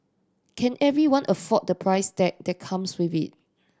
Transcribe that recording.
can everyone afford the price tag that comes with it